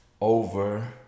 over